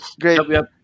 Great